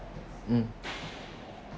mm